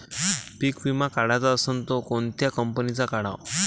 पीक विमा काढाचा असन त कोनत्या कंपनीचा काढाव?